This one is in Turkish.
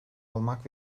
olmak